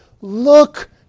look